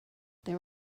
there